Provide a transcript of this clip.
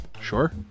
Sure